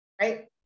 right